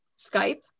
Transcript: Skype